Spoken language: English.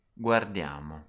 Guardiamo